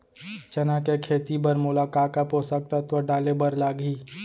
चना के खेती बर मोला का का पोसक तत्व डाले बर लागही?